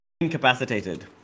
incapacitated